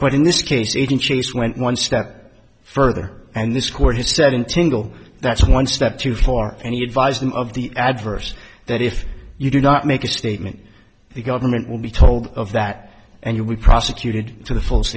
but in this case even chase went one step further and this court has said in tingle that's one step too far and he advised them of the adverse that if you do not make a statement the government will be told of that and you'll be prosecuted to the fullest